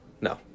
No